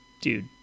dude